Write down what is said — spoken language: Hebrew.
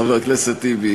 חבר הכנסת טיבי.